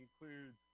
includes